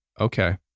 Okay